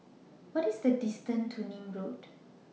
What IS The distance to Nim Road